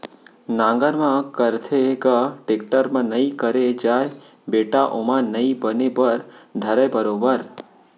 नांगर म करथे ग, टेक्टर म नइ करे जाय बेटा ओमा नइ बने बर धरय बरोबर